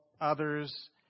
others